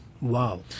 Wow